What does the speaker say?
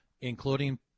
including